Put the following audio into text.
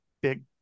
big